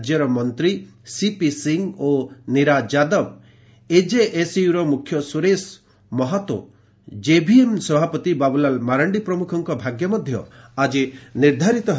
ରାଜ୍ୟର ମନ୍ତ୍ରୀ ସିପି ସିଂହ ଓ ନୀରା ଯାଦବ ଏଜେଏସ୍ୟୁର ମୁଖ୍ୟ ସୁରେଶ ମହାତୋ କେଭିଏମ୍ ସଭାପତି ବାବୁଲାଲ ମାରାଣ୍ଡି ପ୍ରମୁଖଙ୍କ ଭାଗ୍ୟ ମଧ୍ୟ ଆଜି ନିର୍ଦ୍ଧାରିତ ହେବ